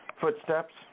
footsteps